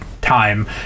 time